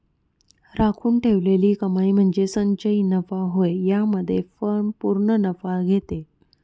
राखून ठेवलेली कमाई म्हणजे संचयी नफा होय यामध्ये फर्म पूर्ण नफा घेते